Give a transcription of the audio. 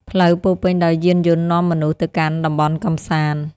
ផ្លូវពោរពេញដោយយានយន្តនាំមនុស្សទៅកាន់តំបន់កម្សាន្ត។